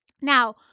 Now